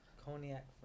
cognac